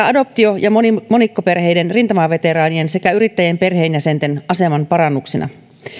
adoptio ja monikkoperheiden rintamaveteraanien sekä yrittäjien perheenjäsenten aseman parannuksena